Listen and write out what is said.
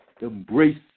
embrace